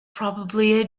probably